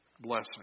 blessing